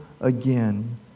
again